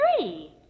three